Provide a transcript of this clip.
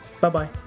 Bye-bye